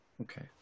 Okay